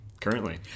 currently